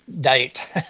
date